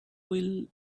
will